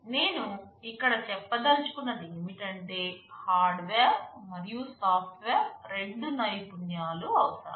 నేను ఇక్కడ చెప్పదలచుకున్నది ఏమిటంటే హార్డ్వేర్ మరియు సాఫ్ట్వేర్ రెండు నైపుణ్యాలు అవసరం